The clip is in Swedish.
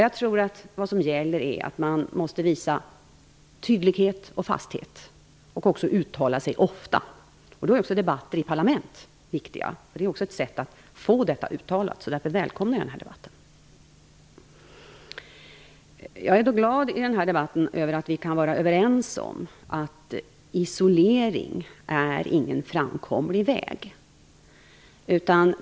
Jag tror att man måste visa tydlighet och fasthet och uttala sig ofta. Då är debatter i parlament viktiga. Det är också ett sätt att få detta uttalat. Därför välkomnar jag denna debatt. Jag är glad att vi kan vara överens om att isolering inte är en framkomlig väg.